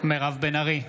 מירב בן ארי,